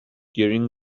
during